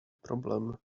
problem